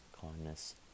kindness